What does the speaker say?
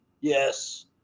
Yes